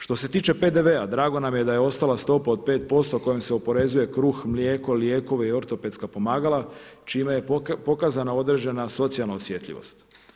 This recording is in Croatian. Što se tiče PDV-a drago nam je da je ostala stopa od 5% kojom se oporezuje kruh, mlijeko, lijekovi i ortopedska pomagala čime je pokazana određena socijalna osjetljivost.